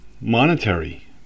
monetary